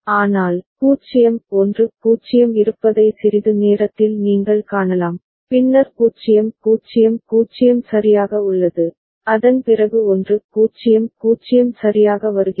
ஆனால் 0 1 0 இருப்பதை சிறிது நேரத்தில் நீங்கள் காணலாம் பின்னர் 0 0 0 சரியாக உள்ளது அதன் பிறகு 1 0 0 சரியாக வருகிறது